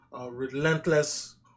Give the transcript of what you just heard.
relentless